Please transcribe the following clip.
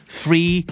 free